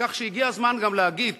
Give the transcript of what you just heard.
כך שהגיע הזמן גם להגיד.